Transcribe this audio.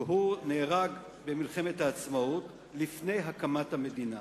והוא נהרג במלחמת העצמאות, לפני הקמת המדינה.